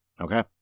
Okay